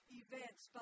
events